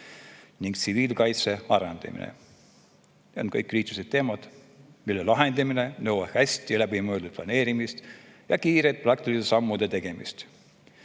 ning tsiviilkaitse arendamine. Need on kõik kriitilised teemad, mille lahendamine nõuab hästi läbi mõeldud planeerimist ja kiirete praktiliste sammude tegemist.